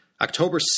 October